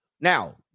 Now